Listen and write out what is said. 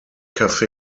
cafe